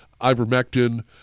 ivermectin